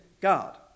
God